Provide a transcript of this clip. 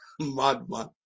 madman